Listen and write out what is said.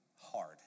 hard